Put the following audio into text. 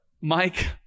Mike